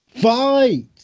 FIGHT